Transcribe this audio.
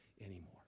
anymore